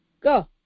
Go